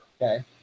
Okay